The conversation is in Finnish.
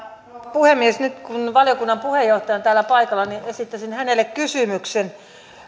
puhemies nyt kun valiokunnan puheenjohtaja on täällä paikalla esittäisin hänelle kysymyksen